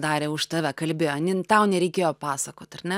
darė už tave kalbėjo nin tau nereikėjo pasakot ar ne